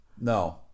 No